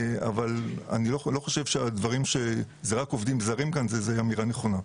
אני לא חושב שהאמירה שזה רק עובדים זרים כאן,